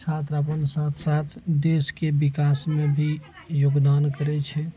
छात्र अपन साथ साथ देशके विकासमे भी योगदान करय छै